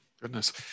goodness